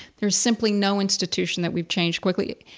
there's simply no institution that we've changed quickly.